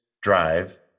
drive